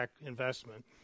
investment